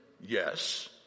yes